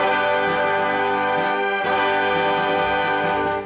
and